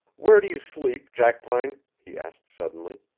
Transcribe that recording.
where do you sleep, jackpine? he asked suddenly.